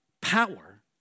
power